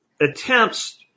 attempts